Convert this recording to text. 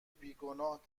بیگناه